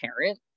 parent